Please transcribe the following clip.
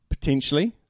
Potentially